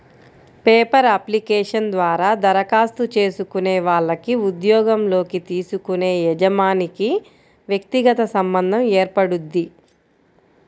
paper application ద్వారా దరఖాస్తు చేసుకునే వాళ్లకి ఉద్యోగంలోకి తీసుకునే యజమానికి వ్యక్తిగత సంబంధం ఏర్పడుద్ది